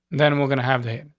then we're gonna have to here.